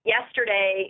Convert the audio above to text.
Yesterday